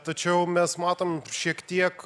tačiau mes matom šiek tiek